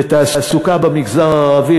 לתעסוקה במגזר הערבי.